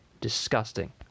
Disgusting